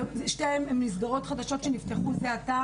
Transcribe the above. אלו שתי מסגרות חדשות שנפתחו זה עתה